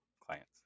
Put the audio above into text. clients